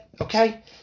okay